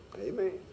Amen